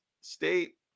State